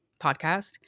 podcast